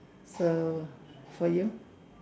so for you